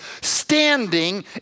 standing